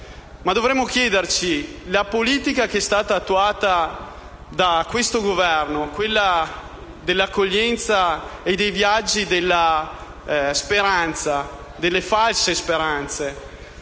Dovremmo poi chiederci: ma la politica che è stata attuata da questo Governo, quella dell'accoglienza e dei viaggi della speranza (delle false speranze),